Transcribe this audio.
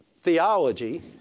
theology